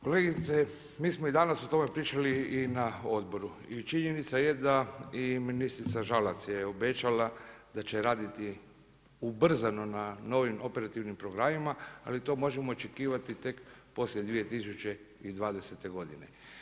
Kolegice, mi smo i danas o tome pričali i na odboru i činjenica je da i ministra Žalac je obećala da će raditi ubrzano na novim operativnim programima, ali to možemo očekivati tek poslije 2020 godine.